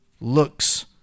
looks